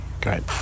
Great